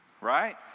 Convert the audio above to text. right